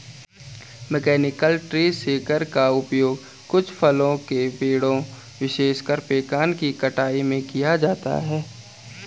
mechanical tree shaker का उपयोग कुछ फलों के पेड़ों, विशेषकर पेकान की कटाई में किया जाता है